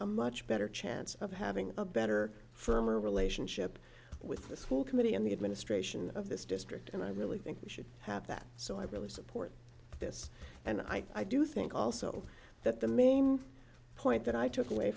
a much better chance of having a better firmer relationship with the school committee and the administration of this district and i really think we should have that so i really support this and i do think also that the main point that i took away